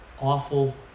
Awful